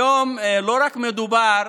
היום מדובר,